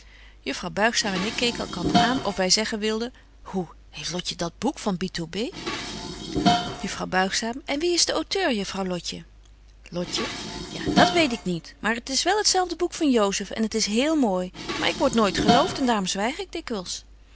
juffrouw buigzaam en ik keeken elkander aan of wy zeggen wilden hoe heeft lotje dat boek van bitaubé juffrouw buigzaam en wie is de auteur juffrouw lotje lotje ja dat weet ik niet maar het is wel het zelfde boek van josep en het is heel mooi maar ik word nooit gelooft en daarom zwyg ik dikwyls